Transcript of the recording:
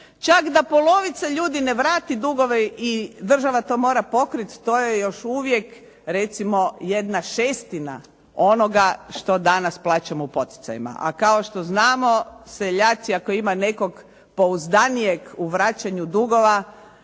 Čak da polovica ljudi ne vrati dugove i država to mora pokriti, to je još uvijek recimo jedna šestina onoga što danas plaćamo u poticajima. A kao što znamo seljaci ako nema ikoga pouzdanijeg u vraćanju dugova,